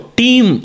team